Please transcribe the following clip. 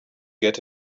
get